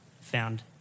found